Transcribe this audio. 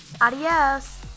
Adios